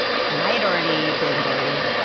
and i had already been going,